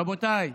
רבותיי,